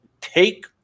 take